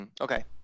Okay